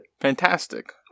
Fantastic